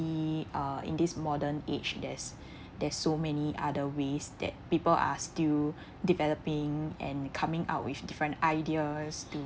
we are in this modern age there's there's so many other ways that people are still developing and coming out with different ideas to